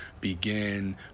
begin